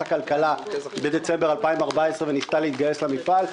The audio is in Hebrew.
הכלכלה בדצמבר 2014 וניסה להתגייס לעזרת המפעל,